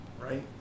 Right